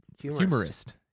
humorist